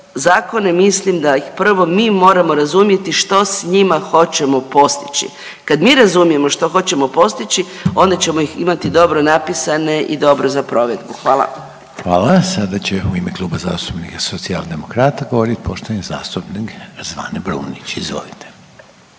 zakone mislim da ih prvo mi moramo razumjeti što s njima hoćemo postići. Kada mi razumijemo što hoćemo postići onda ćemo ih imati dobro napisane i dobre za provedbu. Hvala. **Reiner, Željko (HDZ)** Hvala. Sada će u ime Kluba zastupnika Socijaldemokrata govoriti poštovani zastupnik Zvane Brumnić. Izvolite.